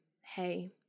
hey